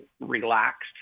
relaxed